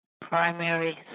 primary